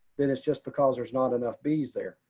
then it's just because there's not enough bees there.